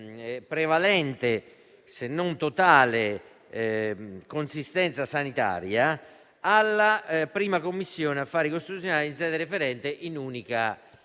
prevalente se non totale consistenza sanitaria, alla Commissione affari costituzionali in sede referente, come unica sede,